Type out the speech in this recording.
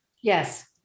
Yes